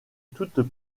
toutes